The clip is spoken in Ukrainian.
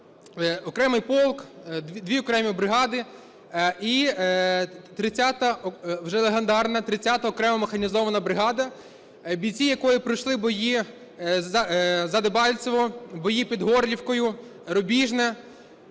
окремий полк, дві окремі бригади і 30-а, вже легендарна 30-а окрема механізована бригада, бійці якої пройшли бої за Дебальцеве, бої під Горлівкою, Рубіжне.